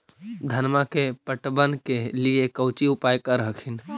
धनमा के पटबन के लिये कौची उपाय कर हखिन?